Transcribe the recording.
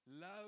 Love